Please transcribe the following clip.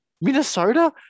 Minnesota